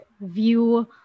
view